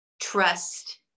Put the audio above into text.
trust